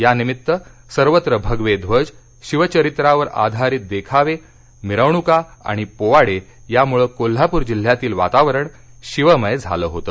यानिमित्त सर्वत्र भगवे ध्वज शिवचरित्रावर आधारित देखावे मिरवणुका आणि पोवाडे यामुळं कोल्हापूर जिल्ह्यातील वातावरण शिवमय झालं होतं